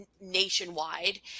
nationwide